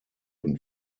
und